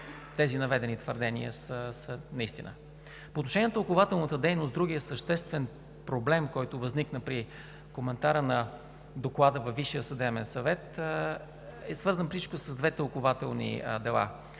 тези наведени твърдения са неистина. По отношение на тълкувателната дейност. Другият съществен проблем, който възникна при коментара на Доклада във Висшия съдебен съвет, е свързан преди всичко с две тълкувателни дела.